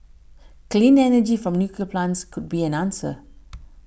clean energy from nuclear plants could be an answer